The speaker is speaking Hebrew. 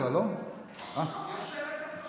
אה, סליחה.